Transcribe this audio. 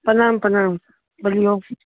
प्रणाम प्रणाम बजियौ